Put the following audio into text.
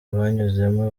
banyuzemo